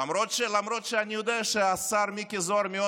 למרות שאני יודע שהשר מיקי זוהר מאוד